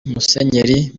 musenyeri